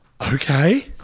Okay